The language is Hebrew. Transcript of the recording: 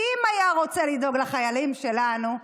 כי אם היה רוצה לדאוג לחיילים שלנו,